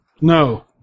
No